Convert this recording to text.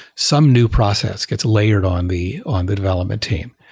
some new process gets layered on the on the development team.